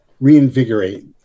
reinvigorate